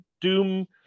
doom